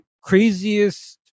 craziest